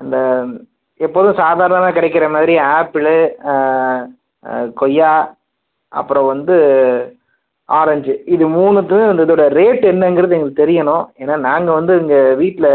அந்த எப்போதும் சாதாரணமாக கிடைக்கிற மாதிரி ஆப்பிளு கொய்யா அப்புறம் வந்து ஆரஞ்சு இது மூணுத்தும் இதோடய ரேட் என்னங்கிறது எங்களுக்கு தெரியணும் ஏனால் நாங்கள் வந்து இங்கே வீட்டில்